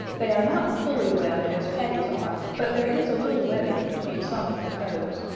they are not fully webbed as paddy's are, but there is a little webbing between some of the toes,